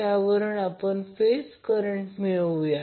त्यावरून आपण phase current मिळवूया